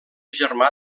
germà